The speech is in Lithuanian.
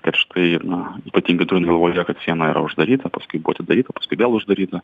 kad štai na ypatingai turint galvoje kad siena yra uždaryta paskui buvo atidaryta paskui vėl uždaryta